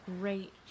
great